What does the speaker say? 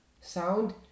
Sound